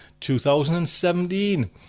2017